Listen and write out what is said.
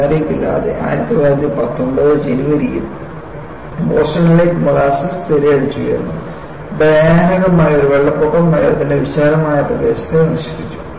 മുന്നറിയിപ്പില്ലാതെ 1919 ജനുവരിയിൽ ബോസ്റ്റണിലേക്ക് മോളാസസ് തിരയടിച്ചുയർന്നു ഭയാനകമായ ഒരു വെള്ളപ്പൊക്കം നഗരത്തിന്റെ വിശാലമായ പ്രദേശത്തെ നശിപ്പിച്ചു